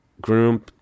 groom